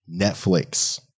Netflix